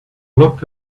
look